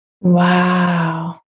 Wow